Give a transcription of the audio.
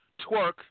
twerk